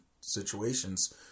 situations